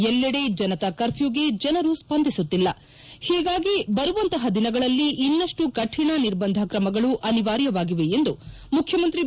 ಎಲ್ಲೆಡೆ ಜನತಾ ಕರ್ಪ್ಯೂಗೆ ಜನರು ಸ್ವಂದಿಸುತ್ತಿಲ್ಲ ಹೀಗಾಗಿ ಬರುವಂತಹ ದಿನಗಳಲ್ಲಿ ಇನ್ನಷ್ಟು ಕಠಿಣ ನಿರ್ಬಂಧ ಕ್ರಮಗಳು ಅನಿವಾರ್ಯವಾಗಿವೆ ಎಂದು ಮುಖ್ಯಮಂತ್ರಿ ಬಿ